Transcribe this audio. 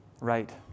Right